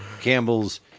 Campbell's